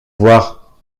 voir